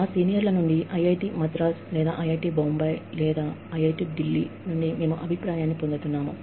మా సీనియర్ల నుండి ఐఐటి మద్రాస్ లేదా ఐఐటి బొంబాయి లేదా ఐఐటి ఢిల్లీ నుండి మేము అభిప్రాయాన్ని పొందుతున్నాము